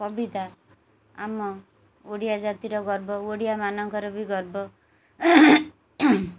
କବିତା ଆମ ଓଡ଼ିଆ ଜାତିର ଗର୍ବ ଓଡ଼ିଆମାନଙ୍କର ବି ଗର୍ବ